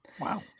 Wow